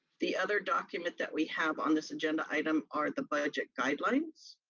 the other document that we have on this agenda item are the budget guidelines.